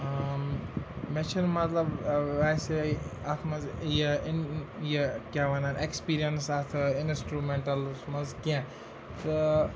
مےٚ چھِنہٕ مطلب ویسے اَتھ منٛز یہِ یہِ کیٛاہ وَنان اٮ۪کٕسپیٖرینٕس اَتھٕ اِنَسٹرٛوٗمٮ۪نٛٹَلَس منٛز کینٛہہ تہٕ